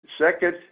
Second